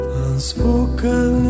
unspoken